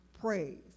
praise